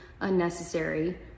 unnecessary